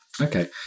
okay